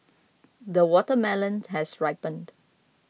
the watermelon has ripened